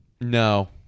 No